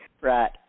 right